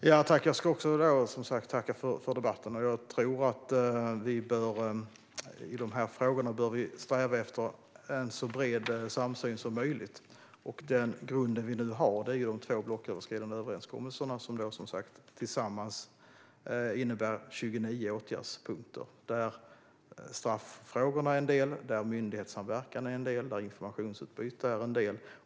Herr talman! Jag vill också tacka för debatten. Jag tror att vi bör sträva efter en så bred samsyn som möjligt i de här frågorna. Den grund vi nu har är de två blocköverskridande överenskommelserna, som tillsammans innebär 29 åtgärdspunkter. Av dem är straffrågorna en del, myndighetssamverkan är en del och informationsutbyte är en del.